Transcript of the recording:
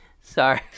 Sorry